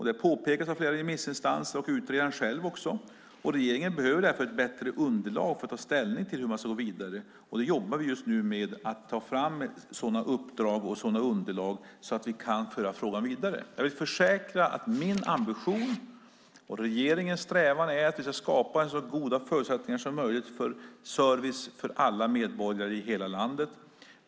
Det påpekas av flera remissinstanser, och utredaren själv påpekar det också. Regeringen behöver därför ett bättre underlag för att ta ställning till hur man ska gå vidare. Vi jobbar just nu med att ta fram sådana uppdrag och sådana underlag att vi kan föra frågan vidare. Jag kan försäkra att min ambition och regeringens strävan är att vi ska skapa så goda förutsättningar som möjligt för service för alla medborgare i hela landet.